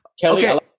Kelly